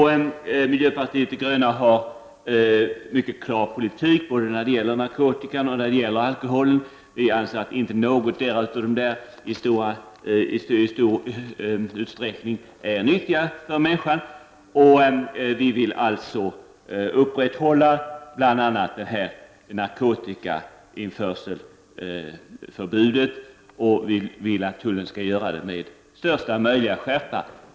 Miljöpartiet de gröna har en mycket klar politik när det gäller både narkotika och alkohol. Vi anser inte att någondera är nyttig för människan i stor utsträckning, och vi vill upprätthålla bl.a. narkotikainförselförbudet. Vi vill att tullen skall göra detta med största möjliga skärpa.